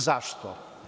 Zašto?